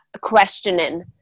questioning